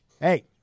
hey